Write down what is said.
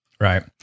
right